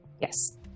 Yes